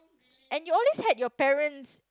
and you always had your parents